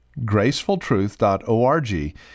GracefulTruth.org